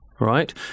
right